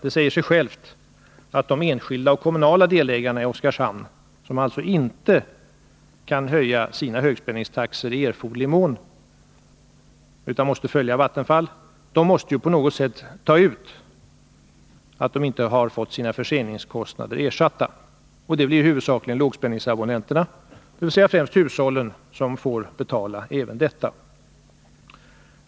Det säger sig självt att de enskilda och kommunala delägarna i OKG, som alltså inte kan höja sina högspänningstaxor i erforderlig mån utan får följa Vattenfall, på något sätt måste kompensera de uteblivna ersättningarna för förseningskostnaderna. Det blir i huvudsak lågspänningsabonnenterna, dvs. hushållen, som får betala även detta.